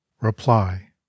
reply